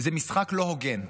זה משחק לא הוגן,